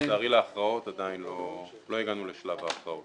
עדיין לא הגענו לשלב ההכרעות.